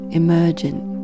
emergent